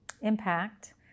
impact